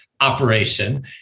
operation